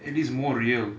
it is more real